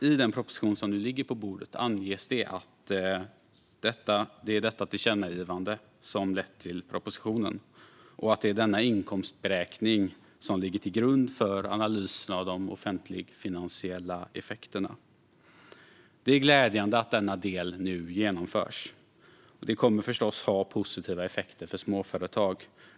I den proposition som nu ligger på bordet anges det att det är detta tillkännagivande som har lett till propositionen, och det är denna inkomstberäkning som ligger till grund för analyserna av de offentligfinansiella effekterna. Det är glädjande att denna del nu genomförs, och det kommer förstås att ha positiva effekter för småföretag.